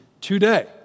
today